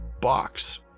box